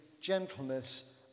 gentleness